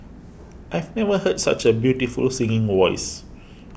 I've never heard such a beautiful singing voice